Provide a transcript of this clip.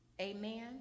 Amen